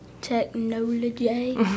technology